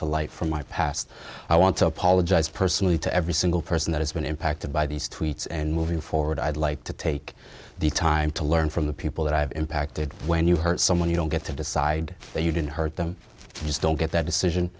to light from my past i want to apologize personally to every single person that has been impacted by these tweets and moving forward i'd like to take the time to learn from the people that i have impacted when you hurt someone you don't get to decide that you didn't hurt them i just don't get that decision